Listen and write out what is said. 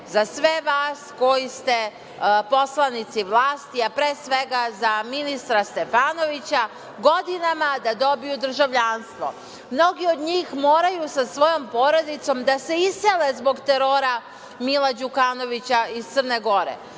za sve vas koji ste poslanici vlasti, a pre svega za ministra Stefanovića, godinama da dobiju državljanstvo? Mnogi od njih moraju sa svojom porodicom da se isele zbog terora Mila Đukanovića iz Crne Gore.